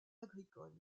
agricoles